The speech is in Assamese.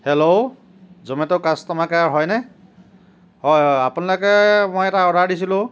হেল্ল' জমেট' কাষ্টমাৰ কেয়াৰ হয়নে হয় হয় আপোনালোকে মই এটা অৰ্ডাৰ দিছিলোঁ